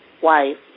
wife